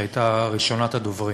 שהייתה ראשונת הדוברים.